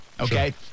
Okay